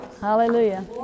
Hallelujah